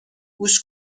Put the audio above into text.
گوش